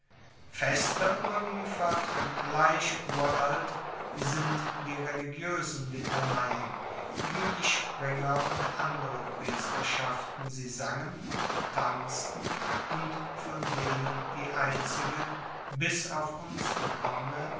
fester ueberliefert und gleich uralt sind die religioesen litaneien wie die springer und andere priesterschaften sie sangen und tanzten und von denen die einzige bis auf uns gekommene